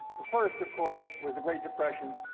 the first, of course, was the great depression,